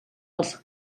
els